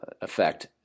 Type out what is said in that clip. effect